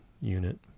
unit